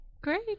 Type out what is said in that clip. great